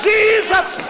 Jesus